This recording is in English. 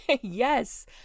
Yes